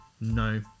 No